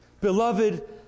beloved